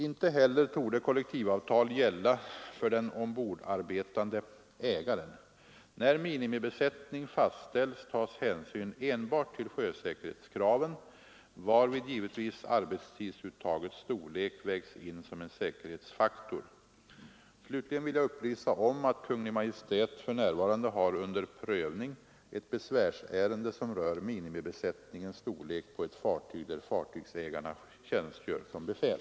Inte heller torde kollektivavtal gälla för den ombordarbetande ägaren. När minimibesättning fastställs tas hänsyn enbart till sjösäkerhetskraven, varvid givetvis arbetstidsuttagets storlek vägs in som en säkerhetsfaktor. Slutligen vill jag upplysa om att Kungl. Maj:t för närvarande har under prövning ett besvärsärende som rör minimibesättningens storlek på ett fartyg där fartygsägarna tjänstgör som befäl.